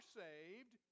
saved